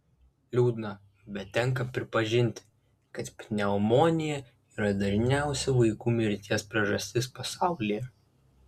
liūdna bet tenka pripažinti kad pneumonija yra dažniausia vaikų mirties priežastis pasaulyje